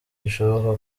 bishoboka